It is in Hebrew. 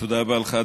תודה רבה לך,